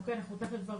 אוקיי, אנחנו תיכף כבר